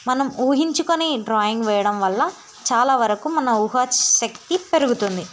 మనం ఊహించుకుని డ్రాయింగ్ వేయడం వల్ల చాలా వరకు మన ఊహా శక్తి పెరుగుతుంది